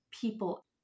people